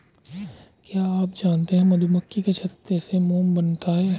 क्या आप जानते है मधुमक्खी के छत्ते से मोम बनता है